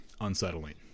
unsettling